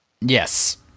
Yes